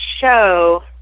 show